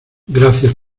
gracias